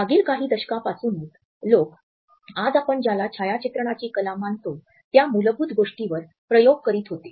मागील काही दशकापासूनच लोक आज आपण ज्याला छायाचित्रणाची कला मानतो त्या मूलभूत गोष्टींवर प्रयोग करीत होते